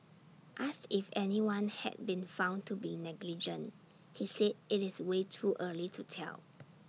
asked if anyone had been found to be negligent he said IT is way too early to tell